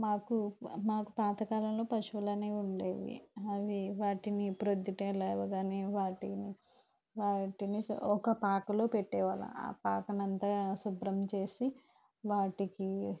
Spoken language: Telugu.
మాకు మాకు పాత కాలంలో పశువులనేవి ఉండేవి అవి వాటిని ప్రొద్దుటే లేవగానే వాటిని వాటిని ఒక పాకలో పెట్టే వాళ్ళం ఆ పాకనంతా శుభ్రం చేసి వాటికి